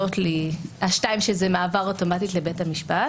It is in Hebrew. - השתיים שהן מעבר אוטומטית לבית המשפט